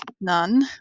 none